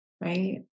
right